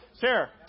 Sarah